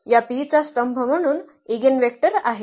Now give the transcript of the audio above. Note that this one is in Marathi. या P चा स्तंभ म्हणून ईगनवेक्टर आहेत